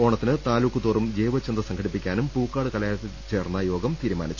ഓണത്തിന് താലൂക്കുതോറും ജൈവ ചന്ത സംഘടിപ്പിക്കാനും പൂക്കാട് കലാലയത്തിൽ ചേർന്ന യോഗം തീരുമാനിച്ചു